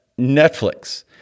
Netflix